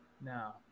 now